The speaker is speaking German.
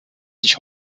sich